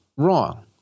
wrong